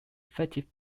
effective